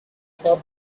far